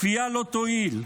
כפייה לא תועיל,